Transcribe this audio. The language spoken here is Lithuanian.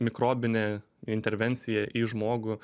mikrobinė intervencija į žmogų